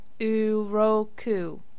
Uroku